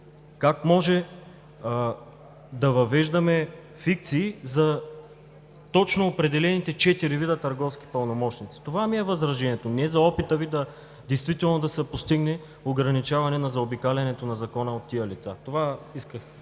Как може да въвеждаме фикции за точно определените четири вида търговски пълномощници? Това ми е възражението, не за опита Ви действително да се постигне ограничаване на заобикалянето на Закона от тези лица. Благодаря.